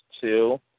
two